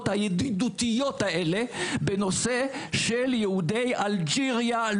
הידידויות האלה בנושא של יהודי אלג'יריה,